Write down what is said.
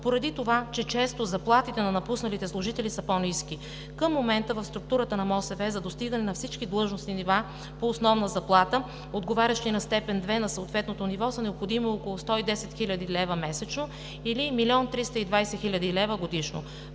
поради това, че често заплатите на напусналите служители са по-ниски. Към момента в структурата на МОСВ за достигане на всички длъжностни нива по основна заплата, отговарящи на степен 2 на съответното ниво, са необходими около 110 хил. лв. месечно или 1 млн. 320 хил. лв. годишно.